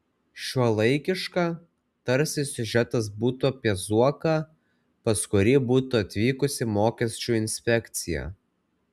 šiuolaikiška tarsi siužetas būtų apie zuoką pas kurį būtų atvykusi mokesčių inspekcija